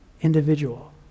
individual